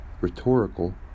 rhetorical